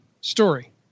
story